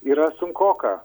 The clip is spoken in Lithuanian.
yra sunkoka